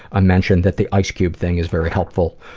ah mentioned that the ice cube thing is very helpful,